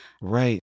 Right